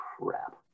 Crap